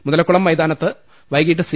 മുതലക്കുളം മൈതാനത്ത് വൈകിട്ട് സി